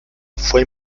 fue